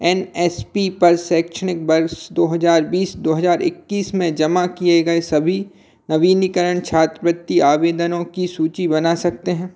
N S P पर शैक्षणिक वर्ष दो हजार बीस दो हजार इक्कीस में जमा किए गए सभी नवीनीकरण छात्रवृत्ति आवेदनों की सूची बना सकते हैं